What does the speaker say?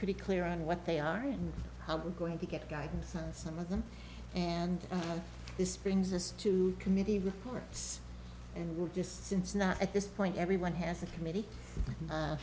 pretty clear on what they are and how we're going to get guidance some of them and this brings us to committee reports and we're just since not at this point everyone has a committee